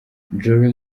jolie